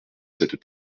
cette